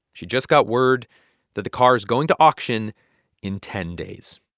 she just got word that the car is going to auction in ten days